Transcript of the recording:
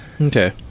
Okay